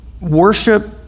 worship